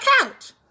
couch